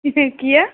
फिर किएक